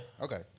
Okay